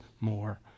more